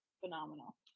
phenomenal